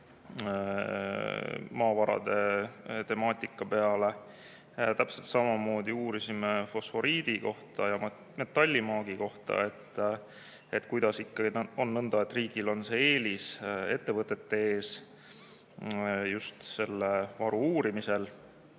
maavarade temaatika peale. Täpselt samamoodi uurisime fosforiidi ja metallimaagi kohta, et kuidas ikkagi on nõnda, et riigil on eelis ettevõtete ees just selle varu uurimisel.